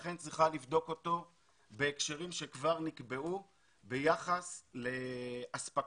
היא צריכה לבדוק אותו בהקשרים שכבר נקבעו ביחס לאספקת